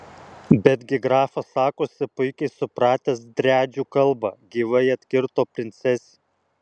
betgi grafas sakosi puikiai supratęs driadžių kalbą gyvai atkirto princesė